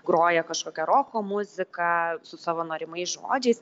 groja kažkokią roko muziką su savo norimais žodžiais